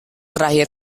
terakhir